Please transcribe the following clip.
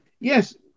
yes